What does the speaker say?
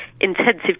intensive